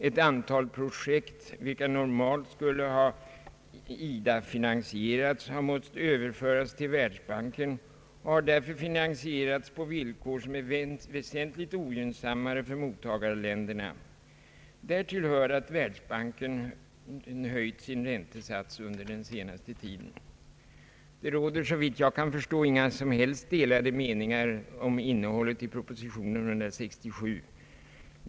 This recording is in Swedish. Ett antal projekt, vilka normalt skulle ha IDA-finansierats, har måst överföras till Världsbanken och därför finansierats på villkor som är väsentligt ogynnsammare för mottagarländerna. Därtill hör att Världsbanken höjt sin räntesats under den senaste tiden. Det råder såvitt jag kan förstå inga som helst delade meningar om innehållet i propositionen 167.